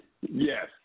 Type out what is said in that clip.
Yes